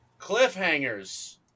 cliffhangers